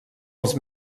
els